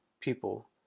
people